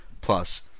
Plus